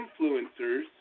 influencers